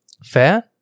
Fair